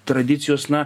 tradicijos na